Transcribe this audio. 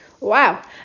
Wow